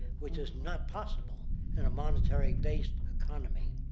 which is not possible in a monetary based economy.